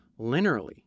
linearly